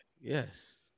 Yes